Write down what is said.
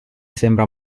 sembra